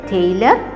Taylor